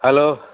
hello